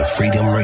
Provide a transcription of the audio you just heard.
Freedom